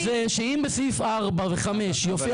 הפחד שלנו זה שאם בסעיף 4 ו-5 יופיע